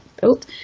built